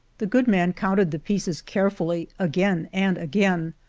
the good man counted the pieces carefully again and again,